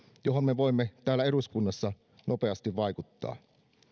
johon me voimme täällä eduskunnassa nopeasti vaikuttaa